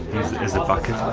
is a bucket